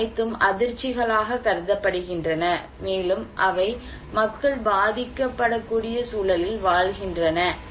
இவை அனைத்தும் அதிர்ச்சிகளாகக் கருதப்படுகின்றன மேலும் அவை மக்கள் பாதிக்கப்படக்கூடிய சூழலில் வாழ்கின்றன